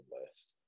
list